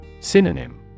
Synonym